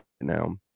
now